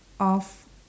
of